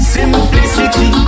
Simplicity